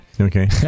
Okay